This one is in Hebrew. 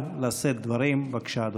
אז אפשר לדבר כמה שאנחנו רוצים על